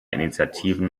initiativen